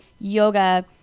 yoga